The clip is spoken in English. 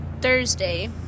thursday